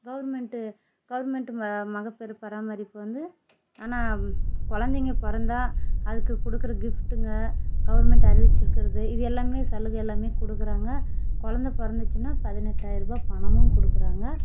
government government ம மகப்பேறு பராமரிப்பு வந்து ஆனால் குழந்தைங்க பிறந்தா அதுக்கு கொடுக்குற கிஃப்ட்டுங்க கவுர்மெண்ட் அறிவிச்சிருக்குறது இது எல்லாமே சலுகை எல்லாமே கொடுக்குறாங்க குழந்த பிறந்துச்சின்னா பதினெட்டாயர ரூபா பணமும் கொடுக்குறாங்க